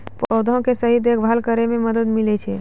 पौधा के सही देखभाल करै म मदद मिलै छै